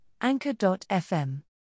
Anchor.fm